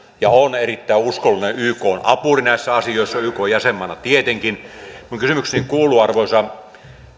ja on erittäin uskollinen ykn apuri näissä asioissa ykn jäsenmaana tietenkin minun kysymykseni kuuluu arvoisa